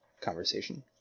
conversation